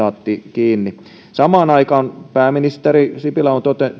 samaan aikaan pääministeri sipilä on